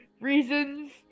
reasons